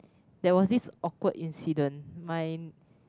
there was this awkward incident my